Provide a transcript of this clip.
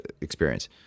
experience